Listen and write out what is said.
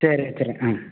சரி வச்சுடுறேன் ம்